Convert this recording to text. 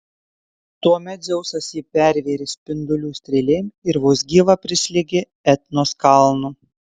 tuomet dzeusas jį pervėrė spindulių strėlėm ir vos gyvą prislėgė etnos kalnu